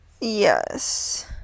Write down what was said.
Yes